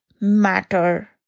matter